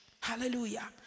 Hallelujah